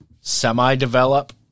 semi-develop